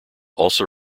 also